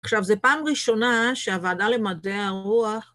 עכשיו, זו פעם ראשונה שהוועדה למדעי הרוח...